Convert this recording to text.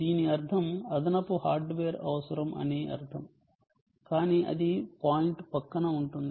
దీని అర్థం అదనపు హార్డ్ వేర్ అవసరం అని అర్ధం కానీ అది పాయింట్ పక్కన ఉంటుంది